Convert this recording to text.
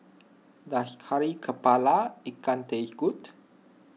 does Kari Kepala Ikan taste good